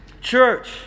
church